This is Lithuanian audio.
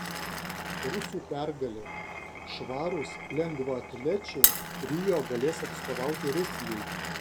rusų pergalė švarūs lengvaatlečiai rio galės atstovauti rusijai